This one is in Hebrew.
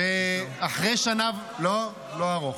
שאחרי שנה ------ לא, לא ארוך.